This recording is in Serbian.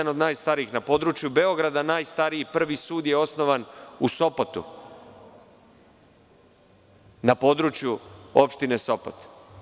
Na području Beograda najstariji prvi sud je osnovan u Sopotu, na području opštine Sopot.